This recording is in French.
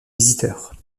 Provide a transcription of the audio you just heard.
visiteurs